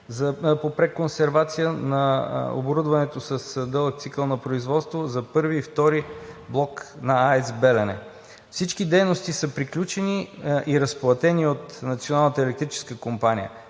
по преконсервация на оборудването с дълъг цикъл на производство за І и ІІ блок на АЕЦ „Белене“. Всички дейности са приключени и разплатени от Националната електрическа компания.